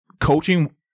coaching